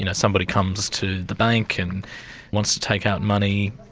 you know somebody comes to the bank and wants to take out money,